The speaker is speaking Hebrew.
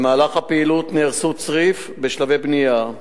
במהלך הפעילות נהרסו צריף בשלבי בנייה,